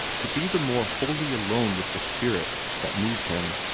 to be the more wholly alone with the spirit, that moved him.